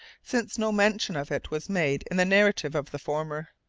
since no mention of it was made in the narrative of the former.